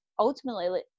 ultimately